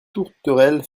tourterelle